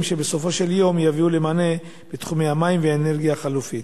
שבסופו של יום יביאו למענה בתחומי המים והאנרגיה החלופית?